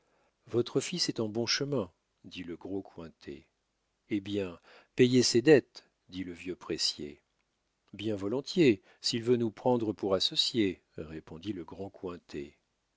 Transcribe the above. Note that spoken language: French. votre fils est en bon chemin dit le gros cointet eh bien payez ses dettes dit le vieux pressier bien volontiers s'il veut nous prendre pour associés répondit le grand cointet